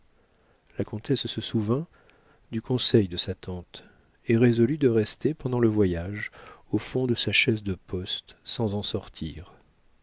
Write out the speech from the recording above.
la comtesse se souvint du conseil de sa tante et résolut de rester pendant le voyage au fond de sa chaise de poste sans en sortir